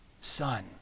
son